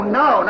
no